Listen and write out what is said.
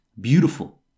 beautiful